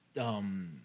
um-